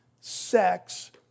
sex